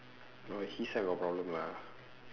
orh his side got problem lah